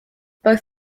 both